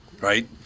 right